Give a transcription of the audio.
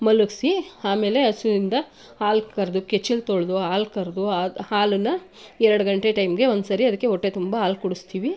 ಮಲಗಿಸಿ ಆಮೇಲೆ ಹಸುಯಿಂದ ಹಾಲು ಕರೆದು ಕೆಚ್ಚಲು ತೊಳೆದು ಹಾಲು ಕರೆದು ಆ ಹಾಲನ್ನು ಎರಡು ಗಂಟೆ ಟೈಮಿಗೆ ಒಂದು ಸರಿ ಅದಕ್ಕೆ ಹೊಟ್ಟೆ ತುಂಬ ಹಾಲು ಕುಡಿಸ್ತೀವಿ